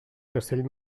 castell